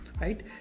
right